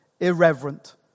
Irreverent